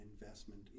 investment